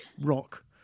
rock